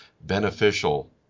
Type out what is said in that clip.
beneficial